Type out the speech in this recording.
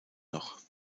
noch